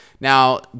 Now